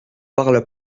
parla